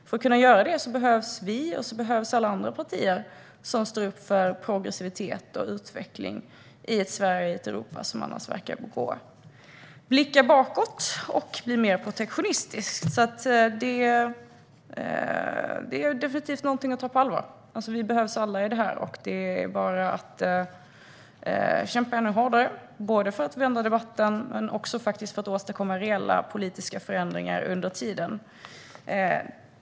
För att kunna göra det behövs vi och alla andra partier som står upp för progressivitet och utveckling i ett Sverige och i ett Europa som annars verkar blicka bakåt och bli mer protektionistiskt. Det är definitivt någonting att ta på allvar. Vi behövs alla i detta. Det är bara att kämpa ännu hårdare för att vända debatten men också för att åstadkomma reella politiska förändringar under tiden.